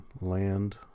land